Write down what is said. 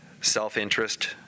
self-interest